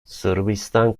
sırbistan